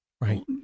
right